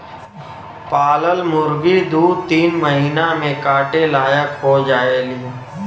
पालल मुरगी दू तीन महिना में काटे लायक हो जायेली